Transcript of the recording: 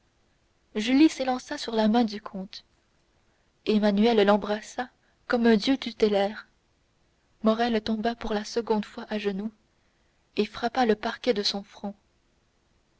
julie s'élança sur la main du comte emmanuel l'embrassa comme un dieu tutélaire morrel tomba pour la seconde fois à genoux et frappa le parquet de son front